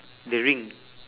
the ring